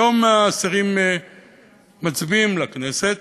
היום אסירים מצביעים לכנסת,